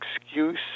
excuse